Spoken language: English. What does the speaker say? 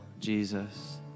Jesus